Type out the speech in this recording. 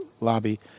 lobby